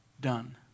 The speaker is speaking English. done